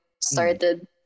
started